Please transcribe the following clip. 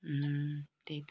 त्यही त